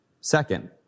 Second